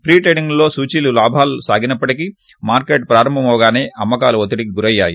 pre ట్రేడింగ్లో సూచీలు లాభాల్లో సాగినప్పటికీ మార్కెట్ ప్రారంభమవగానే అమ్మకాల ఒత్తిడికి గురయ్యాయి